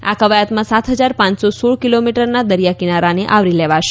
આ ક્વાયતમાં સાત હજાર પાંચસો સોળ કિલોમીટરના દરિયાકિનારાને આવરી લેવામાં આવશે